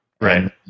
Right